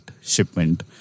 shipment